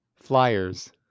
Flyers